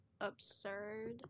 absurd